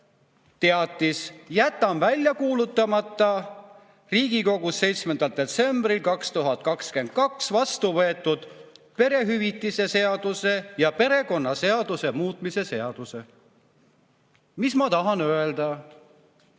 teatis: jätan välja kuulutamata Riigikogus 7. detsembril 2022 vastu võetud perehüvitiste seaduse ja perekonnaseaduse muutmise seaduse. Mis ma tahan öelda?